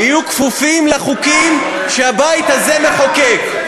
יהיו כפופים לחוקים שהבית הזה מחוקק.